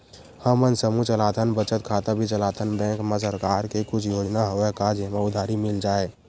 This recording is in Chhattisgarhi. हमन समूह चलाथन बचत खाता भी चलाथन बैंक मा सरकार के कुछ योजना हवय का जेमा उधारी मिल जाय?